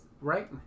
right